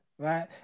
Right